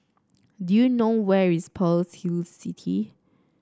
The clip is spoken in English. do you know where is Pearl's Hill City